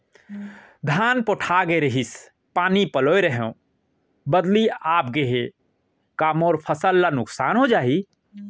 धान पोठागे रहीस, पानी पलोय रहेंव, बदली आप गे हे, का मोर फसल ल नुकसान हो जाही?